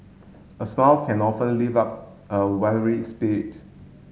a smile can often live up a weary spirit